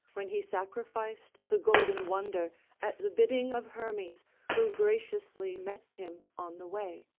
when he sacrificed the golden wonder at the bidding of hermes who graciously met him on the way.